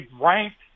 ranked